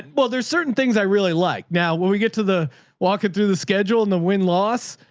well, there's certain things i really like now when we get to the walking through the schedule and the win loss,